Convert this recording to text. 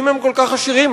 אם הם כל כך עשירים,